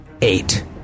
eight